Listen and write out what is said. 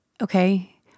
Okay